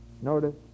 Notice